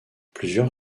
plusieurs